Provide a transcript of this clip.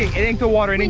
it inked the water. and and